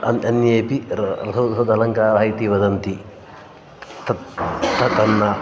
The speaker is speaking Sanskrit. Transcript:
अन् अन्येपि अलङ्कारः इति वदन्ति तत् ततः न